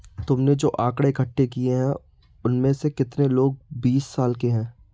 तुमने जो आकड़ें इकट्ठे किए हैं, उनमें से कितने लोग बीस साल के हैं?